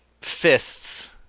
fists